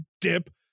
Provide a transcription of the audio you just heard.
dip